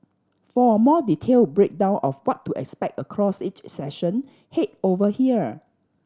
for a more detailed breakdown of what to expect across each session head over here